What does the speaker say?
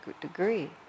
degree